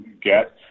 get